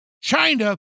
China